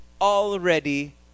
already